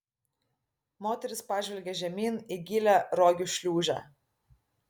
moteris pažvelgė žemyn į gilią rogių šliūžę